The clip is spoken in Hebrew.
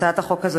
הצעת החוק הזאת,